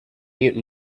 mute